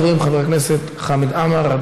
ראשון הדוברים, חבר הכנסת חמד עמאר.